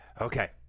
okay